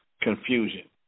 confusion